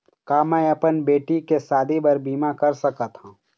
का मैं अपन बेटी के शादी बर बीमा कर सकत हव?